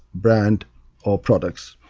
brand or products.